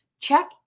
Check